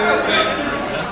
בעולם הגדול נהוג כך.